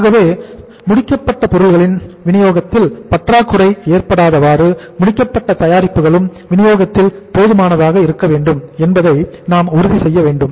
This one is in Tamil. ஆகவே முடிக்கப்பட்ட பொருட்களின் விநியோகத்தில் பற்றாக்குறை ஏற்படாதவாறு முடிக்கப்பட்ட தயாரிப்புகளும் விநியோகத்தில் போதுமானதாக இருக்க வேண்டும் என்பதை நாம் உறுதி செய்ய வேண்டும்